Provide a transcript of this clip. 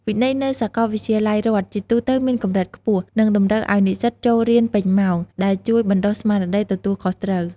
វិន័យនៅសាកលវិទ្យាល័យរដ្ឋជាទូទៅមានកម្រិតខ្ពស់ និងតម្រូវឲ្យនិស្សិតចូលរៀនពេញម៉ោង ដែលជួយបណ្ដុះស្មារតីទទួលខុសត្រូវ។